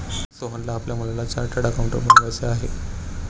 सोहनला आपल्या मुलाला चार्टर्ड अकाउंटंट बनवायचे आहे